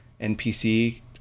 npc